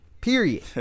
period